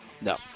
No